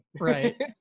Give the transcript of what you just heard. right